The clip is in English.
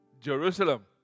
Jerusalem